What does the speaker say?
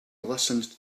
listened